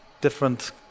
different